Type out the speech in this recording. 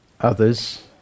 others